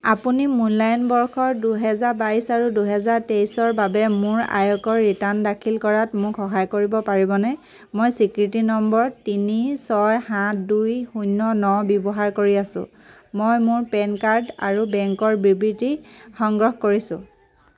আপুনি মূল্যায়ন বৰ্ষৰ দুহেজাৰ বাইছ আৰু দুহেজাৰ তেইছৰ বাবে মোৰ আয়কৰ ৰিটাৰ্ণ দাখিল কৰাত মোক সহায় কৰিব পাৰিবনে মই স্বীকৃতি নম্বৰ তিনি ছয় সাত দুই শূন্য ন ব্যৱহাৰ কৰি আছোঁ মই মোৰ পেন কাৰ্ড আৰু বেংকৰ বিবৃতি সংগ্ৰহ কৰিছোঁ